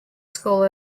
school